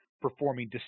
performing